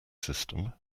system